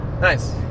Nice